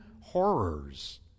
horrors